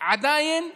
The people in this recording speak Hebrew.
שעדיין